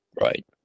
Right